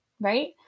right